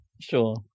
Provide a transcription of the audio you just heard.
Sure